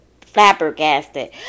flabbergasted